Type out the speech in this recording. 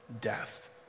death